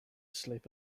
sleep